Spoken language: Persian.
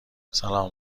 سلام